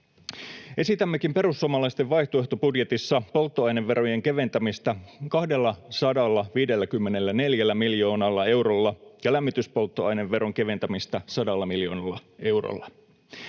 Esitämmekin perussuomalaisten vaihtoehtobudjetissa polttoaineverojen keventämistä 254 miljoonalla eurolla ja lämmityspolttoaineveron keventämistä 100 miljoonalla eurolla.